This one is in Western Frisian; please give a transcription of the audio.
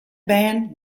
bern